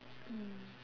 mm